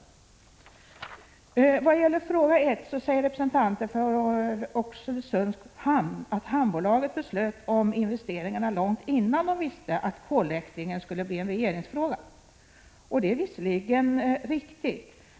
I vad gäller fråga 1 säger representanter för Oxelösunds hamn att hamnbolaget beslöt om investeringarna innan man visste att kolläktringen skulle bli en regeringsfråga. Det är visserligen riktigt.